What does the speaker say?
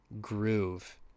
groove